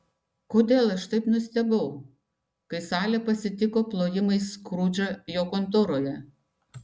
kodėl aš taip nustebau kai salė pasitiko plojimais skrudžą jo kontoroje